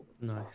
nice